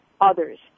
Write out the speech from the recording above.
others